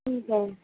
ठीक आहे